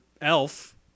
elf